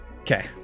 Okay